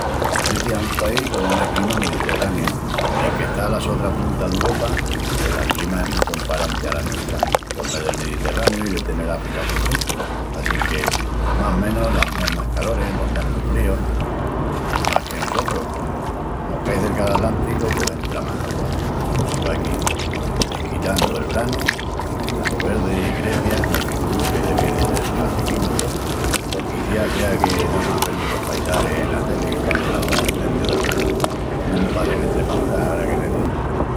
Grecia es un país con una clima mediterrania, i enque está ala sotra punta d'Uropa pos la clima es mu comparanti ala nuestra por mé del Mediterraniu i de tenel África por frenti. Assinque más menus las mesmas caloris, los mesmus fríus. Más que nusotrus, comu mos cai cerca l'Atlánticu pos entra más augua i paquí, desquitandu el branu, pos está tó verdi i Grecia me figuru que devi de sel más sequinu tó. O quiciás sea que namás vemus los paisagis ena teli quandu los enciendus del branu. Lo mesmu passa en Estremaúra, ara que me piensu.